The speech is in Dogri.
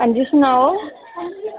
अंजी सनाओ